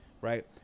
right